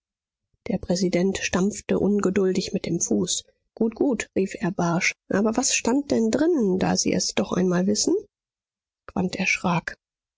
der präsident stampfte ungeduldig mit dem fuß gut gut rief er barsch aber was stand denn drin da sie es doch einmal wissen quandt erschrak